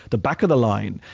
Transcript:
the back of the line.